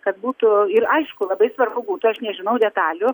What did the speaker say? kad būtų ir aišku labai svarbu būtų aš nežinau detalių